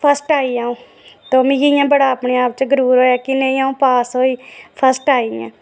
first आई अ'ऊं तां मिगी इ'यां बड़ा अपने आप च गरुर होऐ कि अ'ऊं पास होई फर्स्ट आई गेई आं